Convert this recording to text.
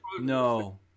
No